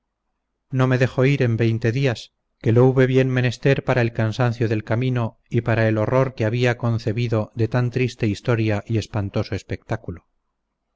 no me dejó ir en veinte días que lo hube bien menester para el cansancio del camino y para el horror que había concebido de tan triste historia y espantoso espectáculo